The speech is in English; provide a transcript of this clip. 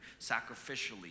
sacrificially